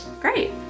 Great